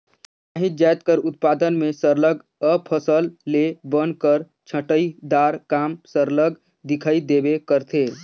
काहींच जाएत कर उत्पादन में सरलग अफसल ले बन कर छंटई दार काम सरलग दिखई देबे करथे